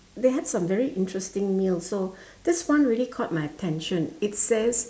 they had some very interesting meals so this one really caught my attention it says